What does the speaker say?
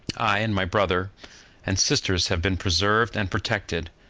i and my brother and sisters have been preserved and protected,